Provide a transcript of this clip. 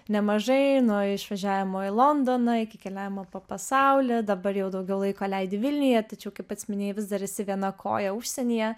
nemažai nuo išvažiavimo į londoną iki keliavimo po pasaulį dabar jau daugiau laiko leidi vilniuje tačiau kaip pats minėjai vis dar esi viena koja užsienyje